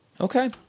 okay